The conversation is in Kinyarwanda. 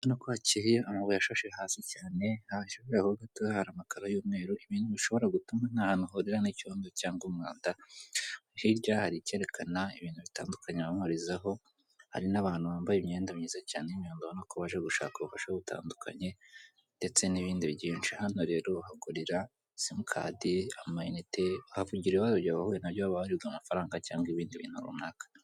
Urabona ko hakeye, amabuye ashashe hasi cyane hejuru yaho ho gatoya hari amakaro y'umweru ibintu bishobora gutuma ntaho uhurira n'icyondo cyangwa umwanda. Hirya hari ikerekana ibintu bitandukanye bamamarizaho hari n'abantu bambaye imyenda myiza cyane, nyine urabona ko baje gushaka ubufasha butandukanye ndetse n'ibindi byinshi. Hano rero wahagurira simukadi, ama inite wahavugira ibibazo byawe wahuye nabyo waba waribwe amafaranga cyangwa ibindi bintu runaka.